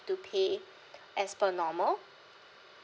to pay as per normal